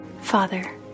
Father